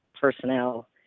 personnel